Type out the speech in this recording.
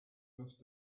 must